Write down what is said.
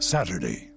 Saturday